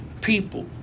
people